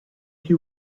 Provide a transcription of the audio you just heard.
you